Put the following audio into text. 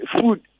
Food